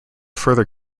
further